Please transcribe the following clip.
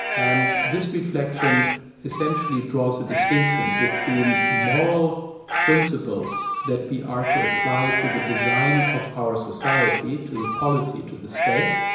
and this reflection essentially draws a distinction between moral principles that we are to apply to the design of our society, to the polity, to the state,